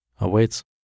awaits